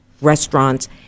restaurants